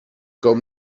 com